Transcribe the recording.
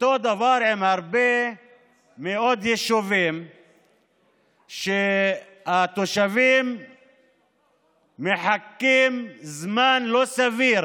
אותו דבר עם הרבה מאוד ישובים שבהם התושבים מחכים זמן לא סביר